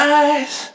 eyes